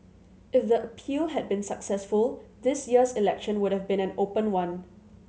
if the appeal had been successful this year's election would have been an open one